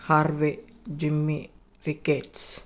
harvey Jimny vickers